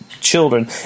children